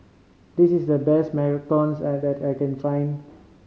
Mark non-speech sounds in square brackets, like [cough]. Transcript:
this is the best macarons [unintelligible] that I can find